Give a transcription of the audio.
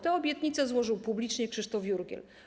Te obietnice złożył publicznie Krzysztof Jurgiel.